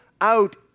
out